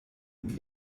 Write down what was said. und